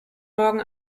morgen